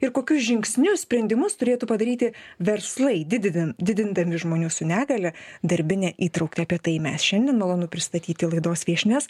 ir kokius žingsnius sprendimus turėtų padaryti verslai dididan didindami žmonių su negalia darbinę įtrauktį apie tai mes šiandien malonu pristatyti laidos viešnias